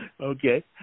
okay